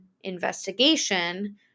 investigation